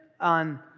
on